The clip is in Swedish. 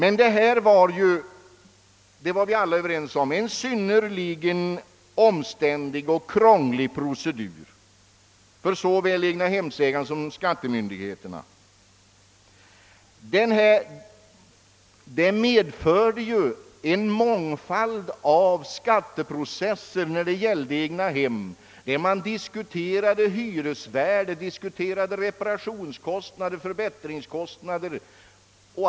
Vi var emellertid överens om att denna procedur var synnerligen omständlig och krånglig för såväl egnahemsägaren som skattemyndigheterna. Den medförde en mångfald skatteprocesser, där man diskuterade hyresvärdet, reparationskostnader och förbättringskostnader.